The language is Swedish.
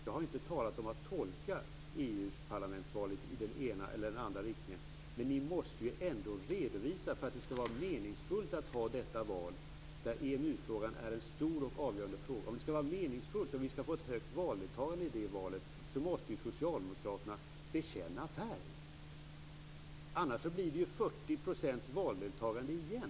Jag har inte talat om att tolka EU-parlamentsvalet i den ena eller den andra riktningen. För att det skall vara meningsfullt att ha detta val, där EMU-frågan är en stor och avgörande fråga, och för att få ett högt valdeltagande i det valet måste Socialdemokraterna bekänna färg. Annars blir det 40 % valdeltagande igen.